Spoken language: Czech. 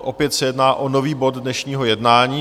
Opět se jedná o nový bod dnešního jednání.